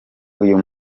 uyu